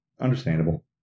Understandable